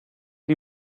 die